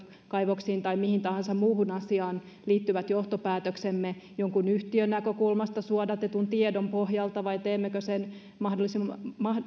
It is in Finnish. kaivoksiin tai mihin tahansa muuhun asiaan liittyvät johtopäätöksemme jonkun yhtiön näkökulmasta suodatetun tiedon pohjalta vai teemmekö sen mahdollisimman